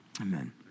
amen